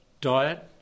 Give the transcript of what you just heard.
diet